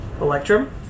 Electrum